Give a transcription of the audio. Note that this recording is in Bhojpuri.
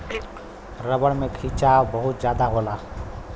रबर में खिंचाव बहुत जादा होला